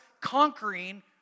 conquering